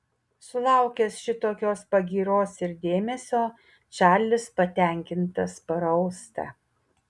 sulaukęs šitokios pagyros ir dėmesio čarlis patenkintas parausta